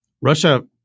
Russia